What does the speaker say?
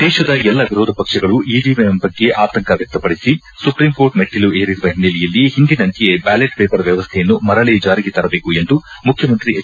ದೇಶದ ಎಲ್ಲ ವಿರೋಧ ಪಕ್ಷಗಳು ಇವಿಎಂ ಬಗ್ಗೆ ಆತಂಕ ವ್ಯಕ್ತಪಡಿಸಿ ಸುಪ್ರೀಂಕೋರ್ಟ್ ಮೆಟ್ಟಲು ಏರಿರುವ ಹಿನ್ನೆಲೆಯಲ್ಲಿ ಹಿಂದಿನಂತೆಯೇ ಬ್ಯಾಲೆಟ್ ಪೇಪರ್ ವ್ಯವಸ್ಥೆಯನ್ನು ಮರಳ ಜಾರಿಗೆ ತರಬೇಕು ಎಂದು ಮುಖ್ಯಮಂತ್ರಿ ಎಚ್